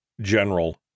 general